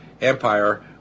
empire